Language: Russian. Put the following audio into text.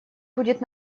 будет